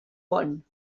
pont